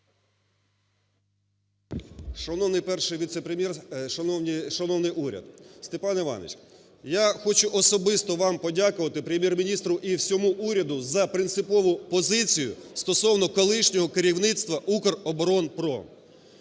Шановний Перший віце-прем'єр, шановний уряд! Степан Іванович, я хочу особисто вам подякувати, Прем'єр-міністру і всьому уряду за принципову позицію стосовно колишнього керівництва "Укроборонпром".